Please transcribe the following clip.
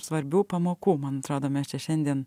svarbių pamokų man atrodo mes čia šiandien